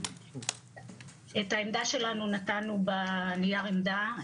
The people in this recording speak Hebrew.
את העמדה שלנו נתנו בנייר עמדה.